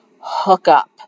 hookup